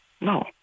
No